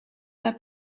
their